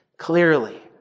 clearly